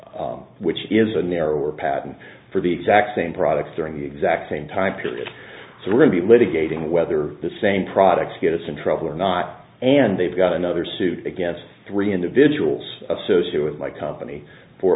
which is a narrower patent for the exact same product during the exact same time period so we will be litigating whether the same product gets in trouble or not and they've got another suit against three individuals associate with my company for